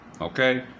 Okay